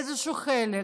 איזשהו חלק,